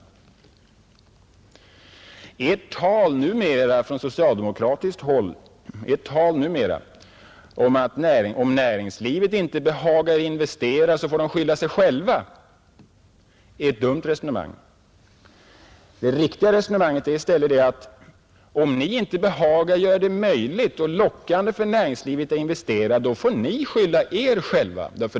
Ert tal numera från socialdemokratiskt håll, att om näringslivet inte behagar investera, så får det skylla sig självt, är ett dumt resonemang. Det riktiga resonemanget är i stället: Om ni inte behagar göra det möjligt och lockande för näringslivet att investera, då får ni skylla er själva!